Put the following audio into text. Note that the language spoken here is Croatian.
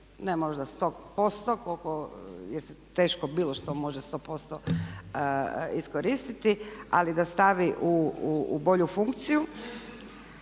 Ne možda 100% jer to je teško bilo što da može 100% iskoristiti se ali da stavi u bolju funkciju